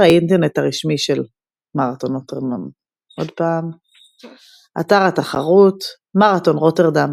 האינטרנט הרשמי של מרתון רוטרדם אתר התחרות מרתון רוטרדם,